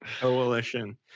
Coalition